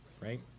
right